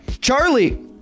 Charlie